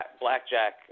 Blackjack